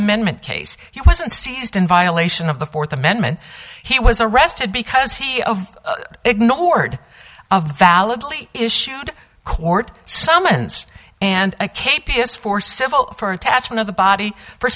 amendment case he wasn't seized in violation of the fourth amendment he was arrested because he ignored of validly issued court summons and i can't piss for civil for attachment of the body for